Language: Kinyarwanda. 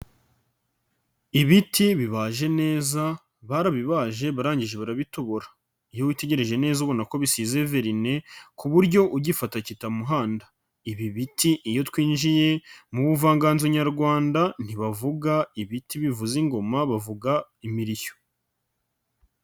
Ibiti bibaje neza, barabibaje barangije barabitobora. Iyo utegereje neza ubona ko bisize verine ku buryo ugifata kitamuhanda. Ibi biti iyo twinjiye mu buvanganzo nyarwanda ntibavuga ibiti bivuza ingoma bavuga imirishyo.